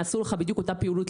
יעשו לי ולך את אותה פעילות,